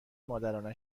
مادرانه